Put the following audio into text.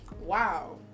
Wow